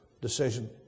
decision